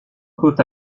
côte